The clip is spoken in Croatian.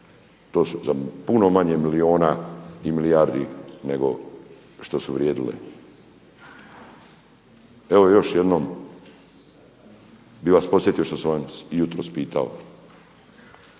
To su puno manje milijuna i milijardi nego što su vrijedile. Evo još jednom bih vas podsjetio što sam vas jutros pitao.